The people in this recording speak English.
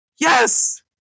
yes